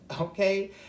Okay